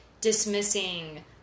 dismissing